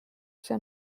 see